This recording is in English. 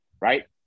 right